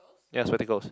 yeah spectacles